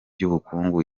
bukungu